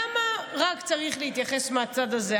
למה צריך להתייחס רק מהצד הזה?